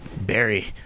Barry